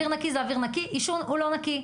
אוויר נקי זה אוויר נקי, ועישון זה לא נקי.